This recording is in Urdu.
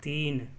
تین